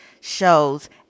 shows